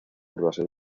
russell